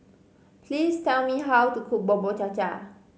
please tell me how to cook Bubur Cha Cha